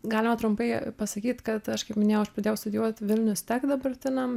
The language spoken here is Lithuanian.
galima trumpai pasakyt kad aš kaip minėjau aš pradėjau studijuot vilnius tech dabartiniam